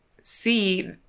see